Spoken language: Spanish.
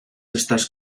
estas